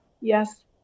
Yes